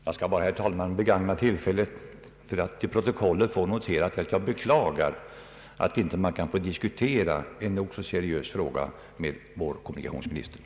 Herr talman! Jag önskar bara begagna tillfället att till protokollet få noterat att jag beklagar att man inte kan få diskutera en nog så seriös fråga med vår kommunikationsminister.